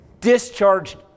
discharged